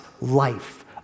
life